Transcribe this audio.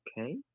okay